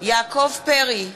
יעקב פרי,